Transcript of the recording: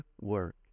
work